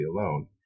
alone